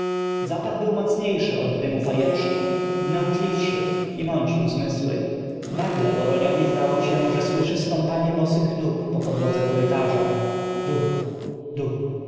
zapach był mocniejszy od dym u fajeczki w nętliw szy i mącił zmysły nagle boroniowi zdało się że słyszy stąpanie bosych nóg po podłodze korytarza d uh